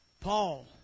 Paul